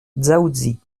dzaoudzi